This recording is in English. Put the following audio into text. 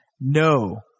No